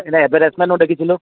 মানে এডভৰটাইজমেন্ট দেখিছিলোঁ